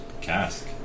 cask